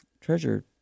treasure